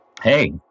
Hey